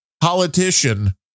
politician